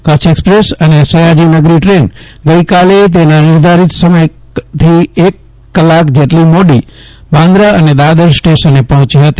Kutch express અને Sayajinagari train ગઇ કાલે તેના નિર્ધારીત સમયથી એક કલાક જેટલી મોડી બાન્દ્રા અને દાદર સ્ટેશને પફોંચી ફતી